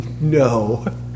no